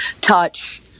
touch